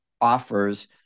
offers